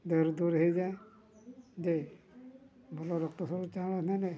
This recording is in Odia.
ଦେହରୁ ଦୂର ହେଇଯାଏ ଯେ ଭଲ ରକ୍ତ ସଞ୍ଚାଳନ ନେଲେ